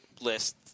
list